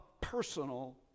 personal